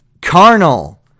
carnal